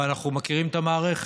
אבל אנחנו מכירים את המערכת,